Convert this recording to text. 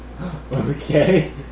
Okay